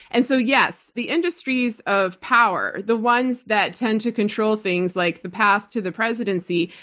and so yes, the industries of power, the ones that tend to control things like the path to the presidency,